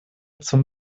zum